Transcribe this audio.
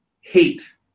hate